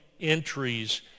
entries